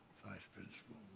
vice principal.